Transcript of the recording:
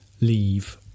leave